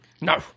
No